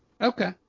Okay